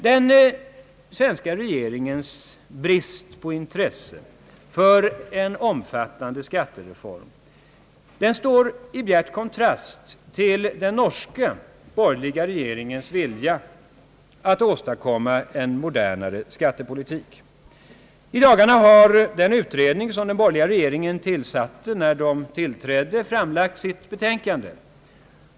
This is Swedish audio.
Den svenska regeringens brist på intresse för en omfattande skattereform står i bjärt kontrast till den norska borgerliga regeringens vilja att åstadkomma en modernare skattepolitik. I dagarna har den utredning som den borgerliga regeringen tillsatte när den tillträdde framlagt sitt betänkande.